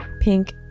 Pink